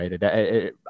Right